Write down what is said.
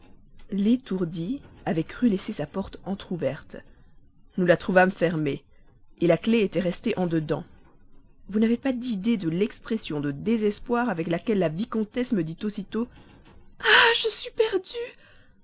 l'étourdie avait cru laisser sa porte entr'ouverte nous la trouvâmes fermée la clef était restée en dedans vous n'avez pas d'idée de l'expression de désespoir avec laquelle la vicomtesse me dit aussitôt ah je suis perdue